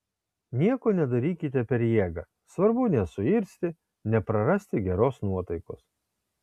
nieko nedarykite per jėgą svarbu nesuirzti neprarasti geros nuotaikos